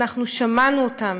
ואנחנו שמענו אותם.